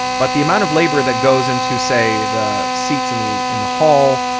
but the amount of labour that goes into, say, the seats in the in the hall,